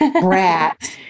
brat